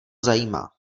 zajímá